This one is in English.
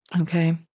Okay